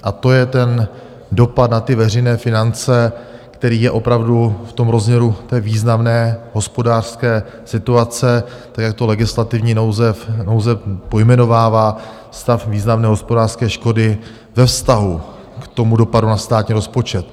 A to je ten dopad na ty veřejné finance, který je opravdu v tom rozměru té významné hospodářské situace, tak jak to legislativní nouze pojmenovává, stav významné hospodářské škody ve vztahu k tomu dopadu na státní rozpočet.